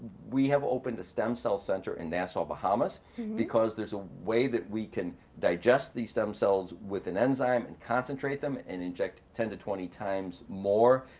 we have opened a stem cell center in nassau, bahamas because there's a way that we can digest these stem cells with an enzyme and concentrate them and inject ten to twenty times more.